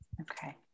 Okay